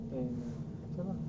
then uh tu lah